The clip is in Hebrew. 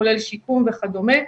כולל שיקום וכדומה.